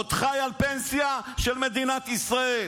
עוד חי על פנסיה של מדינת ישראל.